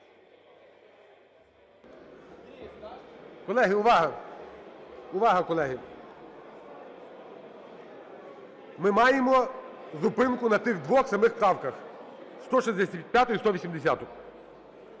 колеги! Ми маємо зупинку на цих двох самих правках 165 і 180.